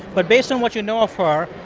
but based on what you know of her,